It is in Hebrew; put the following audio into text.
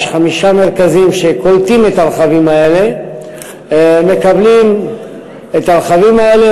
יש חמישה מרכזים שקולטים את הרכבים האלה מקבלים את הרכבים האלה,